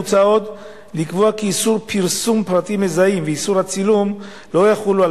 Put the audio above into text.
מוצע לקבוע כי איסור פרסום פרטים מזהים ואיסור הצילום לא יחולו על